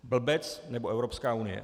Blbec nebo Evropská unie.